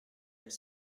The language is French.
elle